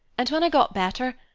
and when i got better,